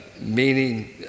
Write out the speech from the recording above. Meaning